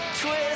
twist